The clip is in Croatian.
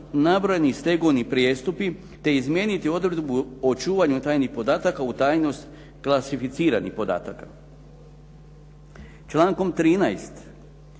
nabrojeni stegovni prijestupi, te izmijeniti odredbu o čuvanju tajnih podataka u tajnost klasificiranih podataka. Člankom 13.